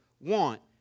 want